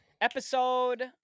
Episode